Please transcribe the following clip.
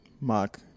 Mark